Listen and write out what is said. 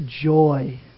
joy